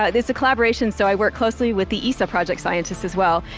ah, it's a collaboration so i work closely with the esa project scientists as well.